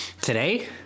Today